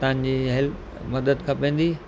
तव्हांजी हैल्प मदद खपंदी